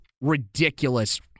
ridiculous